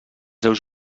seus